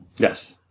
Yes